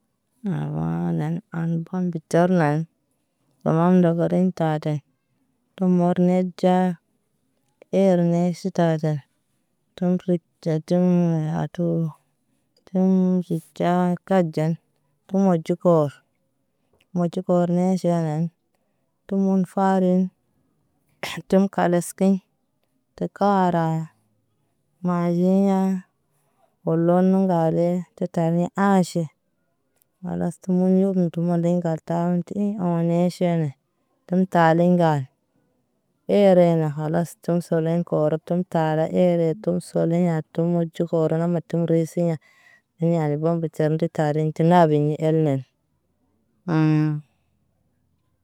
Laba lɛn an ban kə ɟar lan owan ndogo reen ta ɟɛn tum mɔrnɛ ɟaa ɛr nɛ su ta tatɛn. Tum rib ɟa ɟaŋ nɛ a too tum ɟə ɟa kar ɟan tum ɔɟi kɔr. Mɔɟi kɔrnɛ suya nɛn tum mun farin tum kalas kəŋ tu kaara maji ɲaa ɔlon nu ŋalɛ tu tar le Aʃe. Kalas tu m yugən tu mɔlɛ ŋal ta taw n kə hḭ ɔlɛ ʃɛmɛ tum tar lɛ ŋan. I erɛ na kalas tum sɔlɛ kɔr tum tar lɛ irɛ tum sɔlɛ ɲaa tum mɔɟə hɔr na mɛkəm re se ɲaa. Iɲa rɛ bom bi tare tiŋ nabe ḭ ɛr nɛn ṵṵ.